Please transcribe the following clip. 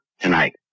Tonight